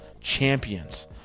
champions